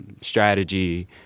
strategy